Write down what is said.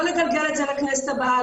לא לגלגל את זה לכנסת הבאה,